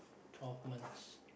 twelve months